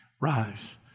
rise